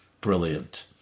Brilliant